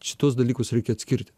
šituos dalykus reikia atskirt